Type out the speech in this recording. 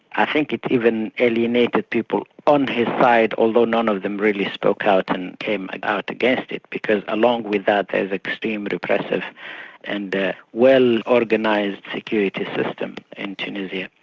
i think it even alienated people on his side, although none of them really spoke out and came out against it because along with that, there's extreme repressive and well-organised security system in tunisia.